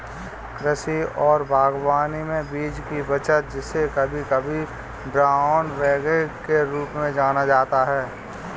कृषि और बागवानी में बीज की बचत जिसे कभी कभी ब्राउन बैगिंग के रूप में जाना जाता है